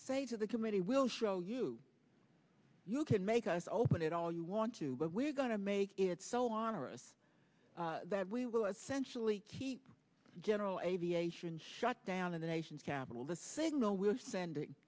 say to the committee we'll show you you can make us open it all you want to but we're going to make it so on earth that we will essentially keep general aviation shut down in the nation's capital the signal we're sending